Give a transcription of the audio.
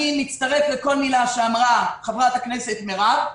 אני מצטרף לכל מילה שאמרה חברת הכנסת מירב כהן.